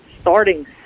Starting